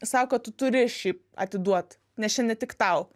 sako tu turi šiaip atiduot nes čia ne tik tau